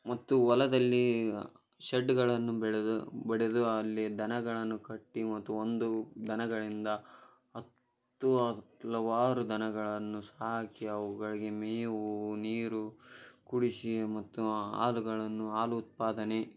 ಮತ್ತು ಹೊಲದಲ್ಲಿ ಶಷಡ್ಡುಗಳನ್ನು ಬೆಳೆದು ಬೆಡೆೆದು ಅಲ್ಲಿ ದನಗಳನ್ನು ಕಟ್ಟಿ ಮತ್ತು ಒಂದು ದನಗಳಿಂದ ಹತ್ತು ಹಾಗು ಹಲವಾರು ದನಗಳನ್ನು ಸಾಕಿ ಅವುಗಳಿಗೆ ಮೇವು ನೀರು ಕುಡಿಸಿ ಮತ್ತು ಹಾಲುಗಳನ್ನು ಹಾಲು ಉತ್ಪಾದನೆ